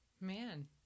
Man